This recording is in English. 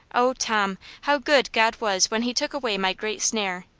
oh, tom, how good god was when he took away my great snare!